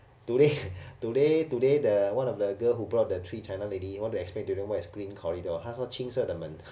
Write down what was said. today today today the one of the girl who brought the three china lady want to explain to them what is green corridor 他说青色的门